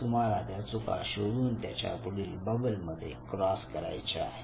तुम्हाला त्या चुका शोधून त्याच्या पुढील बबल मध्ये क्रॉस करायचा आहे